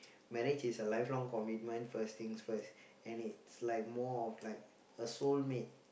marriage is a lifelong commitment first things first and it's like more of like a soulmate